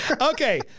Okay